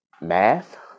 math